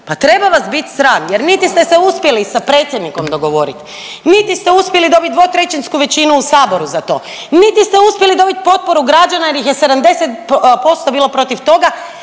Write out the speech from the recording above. Pa treba vas biti sram, jer niti ste se uspjeli sa predsjednikom dogovoriti, niti ste uspjeli dobiti dvotrećinsku većinu u Saboru za to, niti ste uspjeli dobiti potporu građana jer ih je 70% bilo protiv toga,